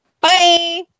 bye